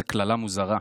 איזו קללה מוזרה.